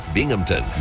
Binghamton